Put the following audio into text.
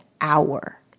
hour